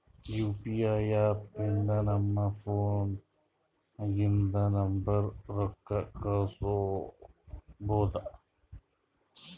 you P I app ಲಿಂತ ನಮ್ ಫೋನ್ನಾಗಿಂದ ನಂಬರ್ಗ ರೊಕ್ಕಾ ಕಳುಸ್ಬೋದ್